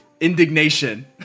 indignation